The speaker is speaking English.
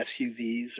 SUVs